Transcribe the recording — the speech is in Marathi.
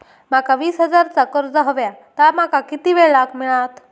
माका वीस हजार चा कर्ज हव्या ता माका किती वेळा क मिळात?